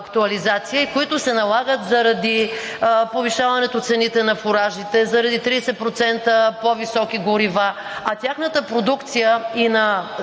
и които се налагат заради повишаването цените на фуражите, заради 30% по-високи горива, а тяхната продукция – и на